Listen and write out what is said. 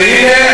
והנה,